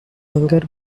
younger